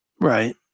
Right